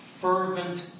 fervent